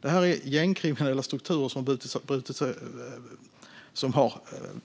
Det här är gängkriminella strukturer som